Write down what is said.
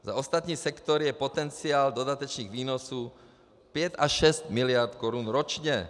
Za ostatní sektory je potenciál dodatečných výnosů 5 až 6 miliard korun ročně.